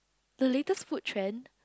the latest food trend